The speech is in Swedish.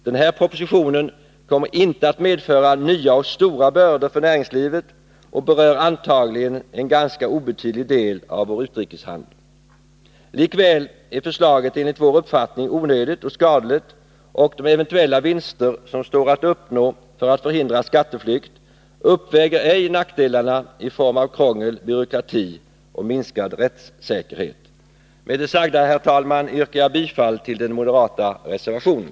Den här propositionen kommer inte att medföra nya och stora bördor för näringslivet och berör antagligen en ganska obetydlig del av vår utrikeshandel. Likväl är förslaget enligt vår uppfattning onödigt och skadligt, och de eventuella vinster som står att uppnå för att förhindra skatteflykt uppväger ej nackdelarna i form av krångel, byråkrati och minskad rättssäkerhet. Herr talman! Med det sagda yrkar jag bifall till den moderata reservationen.